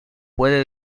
puede